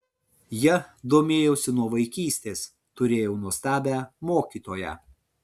ja domėjausi nuo vaikystės turėjau nuostabią mokytoją